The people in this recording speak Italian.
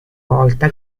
volta